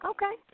Okay